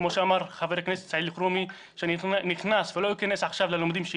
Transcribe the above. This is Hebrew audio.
כמו שאמר ח"כ אלחרומי שאני נכנס ולא אכנס לאקדמיה.